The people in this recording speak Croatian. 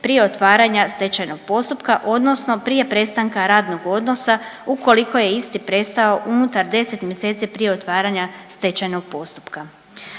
prije otvaranja stečajnog postupka odnosno prije prestanka radnog odnosa ukoliko je isti prestao unutar 10 mjeseci prije otvaranja stečajnog postupka.